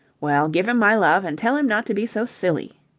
well, give him my love, and tell him not to be so silly.